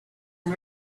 and